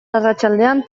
arratsaldean